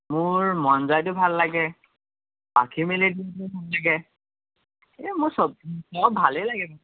মোৰ মন যায়টো ভাল লাগে পাখি মেলি দিলোঁটো ভাল লাগে এই মোৰ চব ভালেই লাগে